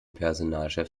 personalchef